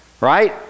right